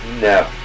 No